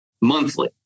monthly